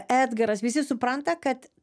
edgaras visi supranta kad